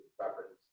reference